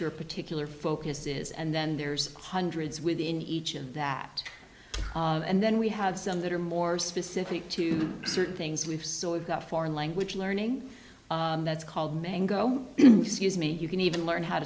your particular focus is and then there's hundreds within each of that and then we have some that are more specific to certain things we've got foreign language learning that's called mango excuse me you can even learn how